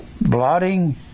blotting